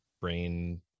brain